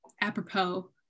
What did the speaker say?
apropos